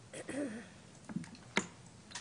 אז הנושא של גביית הוצאות הרחקה,